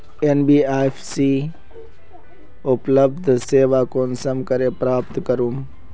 NBFC उपलब्ध सेवा कुंसम करे प्राप्त करूम?